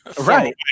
Right